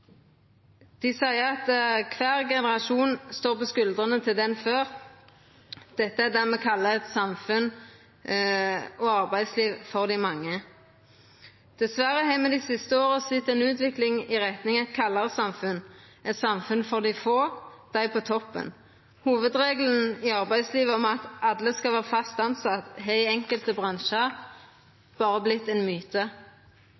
Dei seier at kvar generasjon står på skuldrene til den før. Dette er det me kallar eit samfunn og eit arbeidsliv for dei mange. Dessverre har me dei siste åra sett ei utvikling i retning av eit kaldare samfunn, eit samfunn for dei få, dei på toppen. Hovudregelen i arbeidslivet, at alle skal vera fast tilsette, har i enkelte